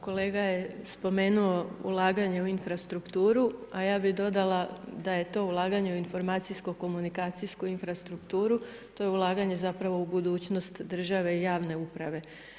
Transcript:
Kolega je spomenuo ulaganje i infrastrukturu, a ja bi dodala da je to ulaganje u informacijsko komunikacijsku infrastrukturu, to je ulaganje, zapravo u budućnost države i javne uprave.